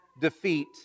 defeat